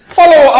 follow